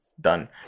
Done